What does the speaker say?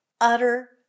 utter